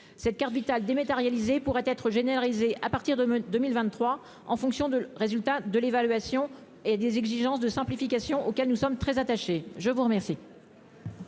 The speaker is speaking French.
cette carte vitale dématérialisée pourrait être généralisé à partir de 2023 en fonction de résultats de l'évaluation et des exigences de simplification auxquelles nous sommes très attachés, je vous remercie.